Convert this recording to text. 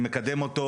מכירה את מיקי חייט?